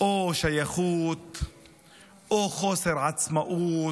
או שייכות או חוסר עצמאות?